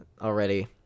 already